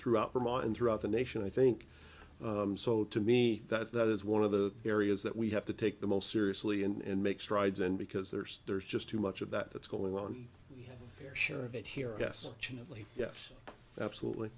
throughout vermont and throughout the nation i think so to me that that is one of the areas that we have to take the most seriously and make strides in because there's there's just too much of that that's going on fair share of it here yes chilly yes absolutely